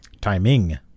Timing